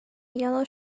yellow